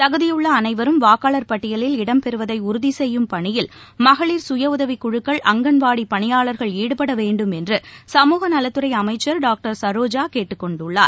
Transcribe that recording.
தகுதியுள்ளஅனைவரும் வாக்காளர் பட்டியலில் இடம் பெறுவதைஉறுதிசெய்யும் பணியில் மகளிர் சுயஉதவிக்குழுக்கள் அங்கன்வாடிபணியாளர்கள் ஈடுபடவேண்டும் என்று சமூக நலத்துறைஅமைச்சர் டாக்டர் சரோஜாகேட்டுக் கொண்டுள்ளார்